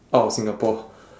out of singapore